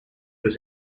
was